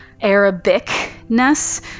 Arabic-ness